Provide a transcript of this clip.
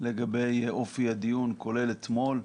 לגבי אופי הדיון, כולל אתמול.